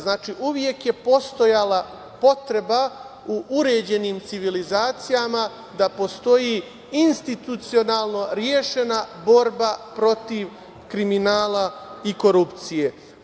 Znači, uvek je postojala potreba u uređenim civilizacijama da postoji institucionalno rešena borba protiv kriminala i korupcije.